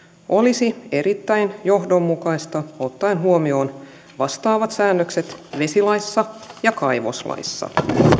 olisi erittäin johdonmukaista ottaen huomioon vastaavat säännökset vesilaissa ja kaivoslaissa